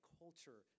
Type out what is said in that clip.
culture